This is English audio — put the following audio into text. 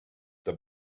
the